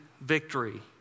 victory